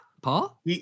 paul